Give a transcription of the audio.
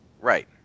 Right